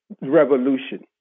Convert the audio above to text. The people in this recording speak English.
revolution